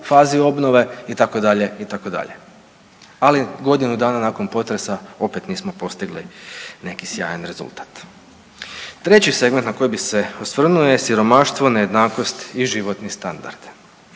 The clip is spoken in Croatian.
fazi obnove itd. itd., ali godinu dana nakon potresa opet nismo postigli neki sjajan rezultat. Treći segment na koji bi se svrnuo je siromaštvo, nejednakost i životni standard.